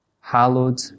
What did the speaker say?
hallowed